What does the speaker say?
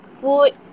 food